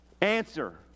Answer